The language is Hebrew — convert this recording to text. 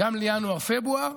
גם לינואר-פברואר,